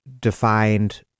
defined